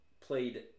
played